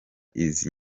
izi